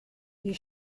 die